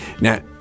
Now